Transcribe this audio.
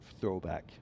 throwback